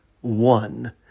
one